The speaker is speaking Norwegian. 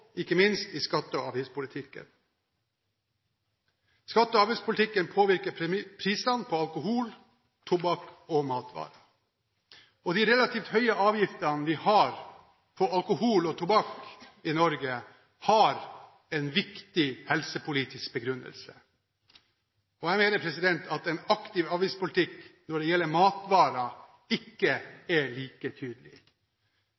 avgiftspolitikken påvirker prisene på alkohol, tobakk og matvarer. De relativt høye avgiftene vi har på alkohol og tobakk i Norge, har en viktig helsepolitisk begrunnelse. Jeg mener at en aktiv avgiftspolitikk når det gjelder matvarer,